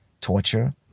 torture